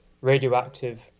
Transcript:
radioactive